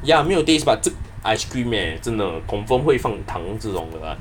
ya 没有 taste but 这 ice cream eh 真的 confirm 会放糖这种的 lah